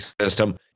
system